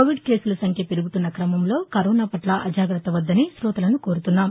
Covid కేసుల సంఖ్య పెరుగుతున్న క్రమంలో కరోనాపట్ల అజాగ్రత్త వద్దని కోతలను కోరుతున్నాము